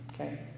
Okay